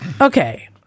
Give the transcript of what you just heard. Okay